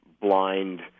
blind